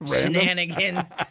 shenanigans